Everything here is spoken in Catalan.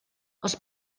els